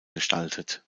gestaltet